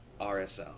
RSL